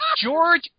George